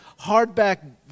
hardback